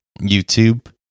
YouTube